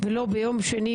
נגמר?